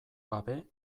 gabe